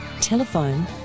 Telephone